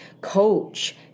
coach